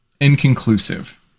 inconclusive